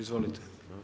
Izvolite.